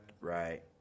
right